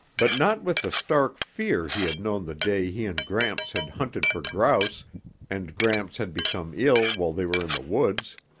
but not with the stark fear he had known the day he and gramps had hunted for grouse and gramps had become ill while they were in the woods.